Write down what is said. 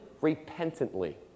repentantly